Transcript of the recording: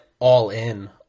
all-in